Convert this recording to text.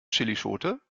chillischote